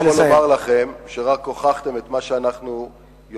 משפט אחרון: אני רק אומר לכם שרק הוכחתם את מה שאנחנו יודעים,